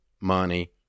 money